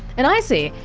and i see,